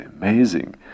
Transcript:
amazing